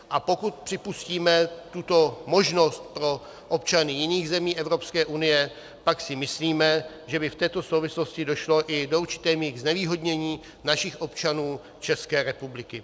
A pokud připustíme tuto možnost pro občany jiných zemí Evropské unie, pak si myslíme, že by v této souvislosti došlo i do určité míry k znevýhodnění našich občanů České republiky.